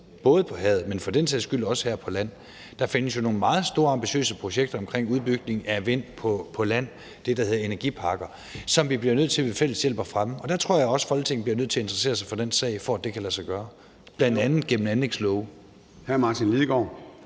både på havet, men for den sags skyld også her på land. Der findes jo nogle meget store ambitiøse projekter omkring udbygningen med vindmøller på land – det, der hedder energiparker – som vi bliver nødt til ved fælles hjælp at fremme. Og der tror jeg også, Folketinget bliver nødt til at interessere sig for den sag, for at det kan lade sig gøre, bl.a. gennem anlægslove. Kl. 13:59 Formanden